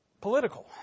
Political